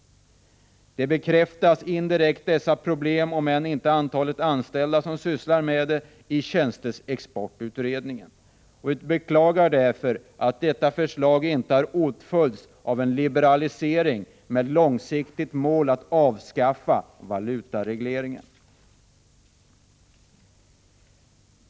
En bekräftelse på dessa problem — om än inte beträffande antalet anställda — finns i tjänsteexportutredningen, och vi beklagar därför att detta förslag inte har åtföljts av en liberalisering med ett långsiktigt mål att avskaffa valutaregleringen.